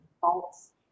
false